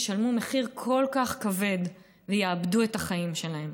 ישלמו מחיר כל כך כבד ויאבדו את החיים שלהם.